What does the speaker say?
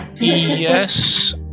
Yes